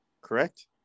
correct